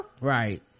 Right